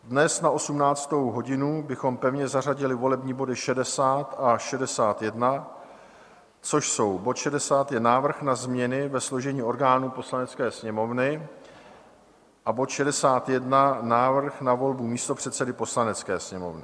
Dnes na 18. hodinu bychom pevně zařadili volební body 60 a 61, což jsou: bod 60 je návrh na změny ve složení orgánů Poslanecké sněmovny a bod 61 návrh na volbu místopředsedy Poslanecké sněmovny.